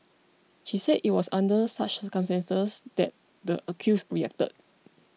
she said it was under such circumstances that the accused reacted